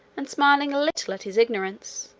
and smiling a little at his ignorance.